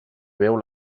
veu